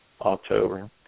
October